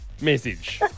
message